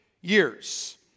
years